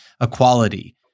equality